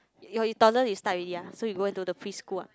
your you toddler you start already ah so you go into the preschool ah